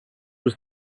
was